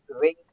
ring